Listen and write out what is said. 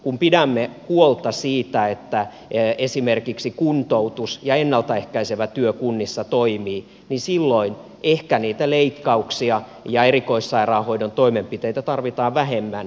kun pidämme huolta siitä että esimerkiksi kuntoutus ja ennalta ehkäisevä työ kunnissa toimivat niin silloin ehkä niitä leikkauksia ja erikoissairaanhoidon toimenpiteitä tarvitaan vähemmän